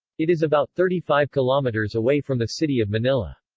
it is about thirty five kilometers away from the city of manila.